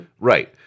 right